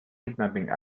kidnapping